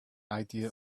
idea